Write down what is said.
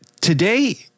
today